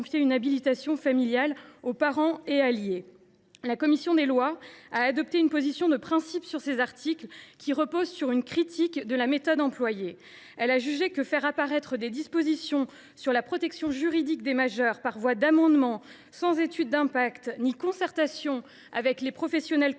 une habilitation familiale aux « parents et alliés ». La commission des lois a adopté une position de principe sur ces articles, qui repose sur une critique de la méthode employée. Elle a jugé que faire apparaître des dispositions sur la protection juridique des majeurs par voie d’amendements, sans étude d’impact ni concertation avec les professionnels concernés,